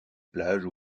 plages